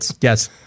Yes